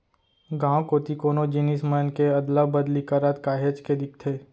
गाँव कोती कोनो जिनिस मन के अदला बदली करत काहेच के दिखथे